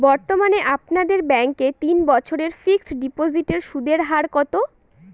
বর্তমানে আপনাদের ব্যাঙ্কে তিন বছরের ফিক্সট ডিপোজিটের সুদের হার কত?